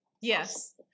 Yes